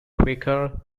quaker